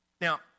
Now